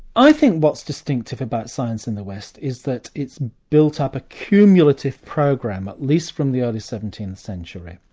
i think what's distinctive about science in the west, is that it's built up a cumulative program at least from the early seventeenth century,